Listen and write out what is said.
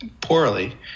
poorly